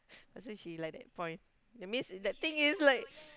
that's why she like that point that means that thing is like